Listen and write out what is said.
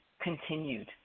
continued